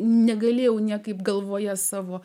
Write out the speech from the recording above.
negalėjau niekaip galvoje savo